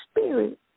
spirit